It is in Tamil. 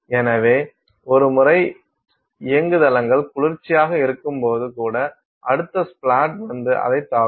எனவே ஒரு முறை இயங்குதளங்கள் குளிர்ச்சியாக இருக்கும்போது கூட அடுத்த ஸ்ப்ளாட் வந்து அதைத் தாக்கும்